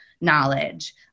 knowledge